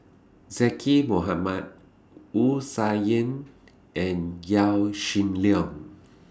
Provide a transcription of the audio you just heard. Zaqy Mohamad Wu Tsai Yen and Yaw Shin Leong